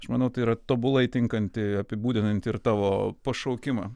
aš manau tai yra tobulai tinkanti apibūdinanti ir tavo pašaukimą